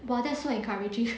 !wah! that's so encouraging